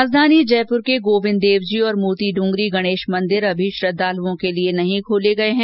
राजधानी जयपुर के गोविन्द देवजी और मोती डूंगरी गणेश मंदिर अभी श्रद्धालुओं के लिए नहीं खोले गए है